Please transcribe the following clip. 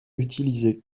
utilisée